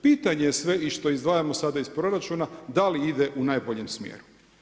Pitanje je sve što izdvajamo sada iz proračuna, da li ide u najboljem smjeru.